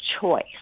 choice